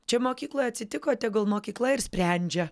čia mokykloj atsitiko tegul mokykla ir sprendžia